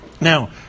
Now